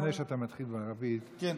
לפני שאתה מתחיל בערבית, כן,